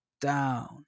down